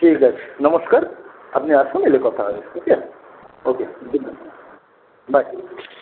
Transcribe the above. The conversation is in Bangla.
ঠিক আছে নমস্কার আপনি আসুন এলে কথা হবে okay okay good night by